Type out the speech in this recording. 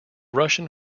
russian